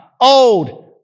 old